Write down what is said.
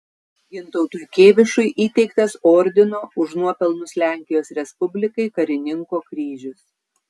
gintautui kėvišui įteiktas ordino už nuopelnus lenkijos respublikai karininko kryžius